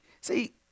see